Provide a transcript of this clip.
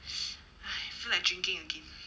!hais! feel like drinking again